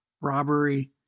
robbery